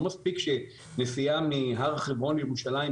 לא מספיק שנסיעה מהר חברון לירושלים,